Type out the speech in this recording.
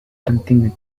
continue